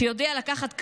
יודע לקחת קרדיט,